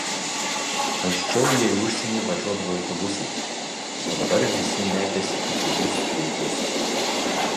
anksčiau jie į užsienį važiuodavo autobusais o dabar visi metėsi į pigius skrydžius